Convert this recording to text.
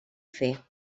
fer